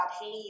hey